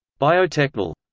biotechnol.